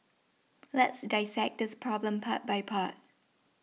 let's dissect this problem part by part